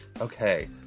Okay